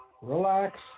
relax